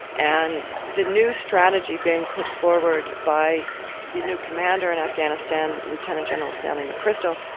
and the new strategy being put forward by the new commander in afghanistan, lieutenant general stanley mcchrystal,